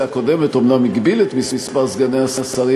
הקודמת אומנם הגביל את מספר סגני השרים,